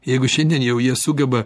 jeigu šiandien jau jie sugeba